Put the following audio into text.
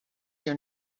your